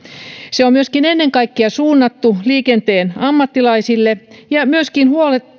se on myöskin ennen kaikkea suunnattu liikenteen ammattilaisille ja myöskin